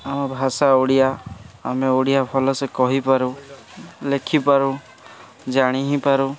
ଆମ ଭାଷା ଓଡ଼ିଆ ଆମେ ଓଡ଼ିଆ ଭଲସେ କହିପାରୁ ଲେଖିପାରୁ ଜାଣି ହିଁ ପାରୁ